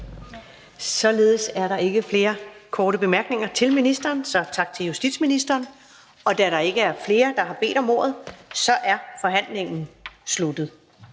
Således er der ikke flere korte bemærkninger til ministeren. Tak til justitsministeren. Da der ikke er flere, der har bedt om ordet, er forhandlingen sluttet.